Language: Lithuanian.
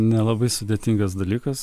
nelabai sudėtingas dalykas